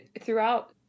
throughout